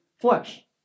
flesh